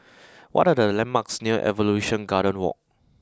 what are the landmarks near Evolution Garden Walk